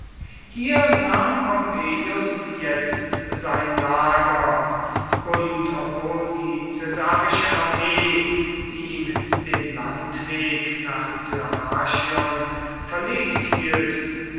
hier nahm pompeius jetzt sein lager und obwohl die caesarische armee ihm den landweg nach dyrrhachion verlegt hielt